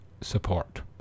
support